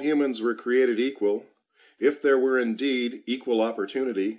humans were created equal if there were indeed equal opportunity